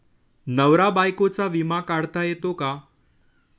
नवरा बायकोचा विमा काढता येतो का?